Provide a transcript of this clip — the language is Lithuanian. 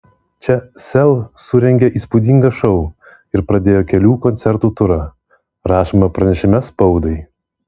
čia sel surengė įspūdingą šou ir pradėjo kelių koncertų turą rašoma pranešime spaudai